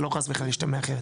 שלא חס וחלילה ישתמע אחרת.